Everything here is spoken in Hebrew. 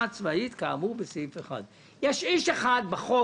הצבאית כאמור בסעיף 1". יש איש אחד בחוק